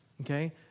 Okay